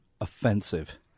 Offensive